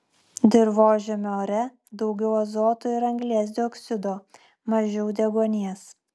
dirvožemio ore daugiau azoto ir anglies dioksido mažiau deguonies